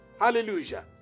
Hallelujah